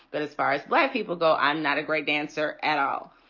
but as far as black people go, i'm not a great dancer at all.